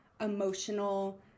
emotional